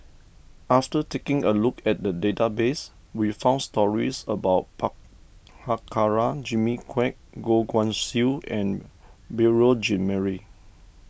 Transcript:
after taking a look at the database we found stories about par Prabhakara Jimmy Quek Goh Guan Siew and Beurel Jean Marie